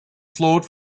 flowed